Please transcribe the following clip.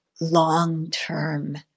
long-term